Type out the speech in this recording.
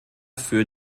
für